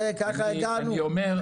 לזה הגענו?